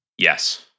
Yes